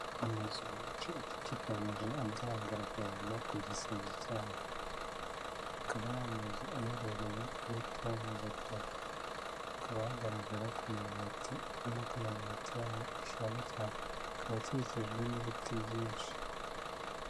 Amazu menshi acucikanyije agaragara hejuru ku gisenge cyayo akaba aya mazu aherereye ahitwa Nyagatovu hakaba hagaragara ku mabati ubona ko aya mabati yayo ashaje cyane akaba akikijwe n'ibiti byinshi.